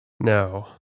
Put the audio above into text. no